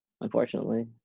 unfortunately